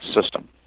system